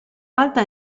alta